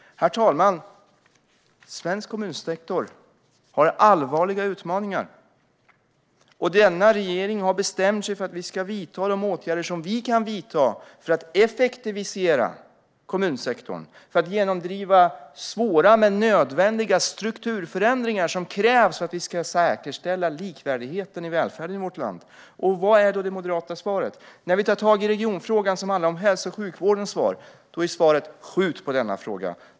Herr talman! Svensk kommunsektor har allvarliga utmaningar. Denna regering har bestämt sig för att vidta de åtgärder som vi kan för att effektivisera kommunsektorn och för att genomdriva svåra men nödvändiga strukturförändringar som krävs för att vi ska säkerställa likvärdigheten i välfärden i vårt land. Vad är då det moderata svaret? När vi tar tag i regionfrågan, som handlar om hälso och sjukvården, är svaret: Skjut på denna fråga!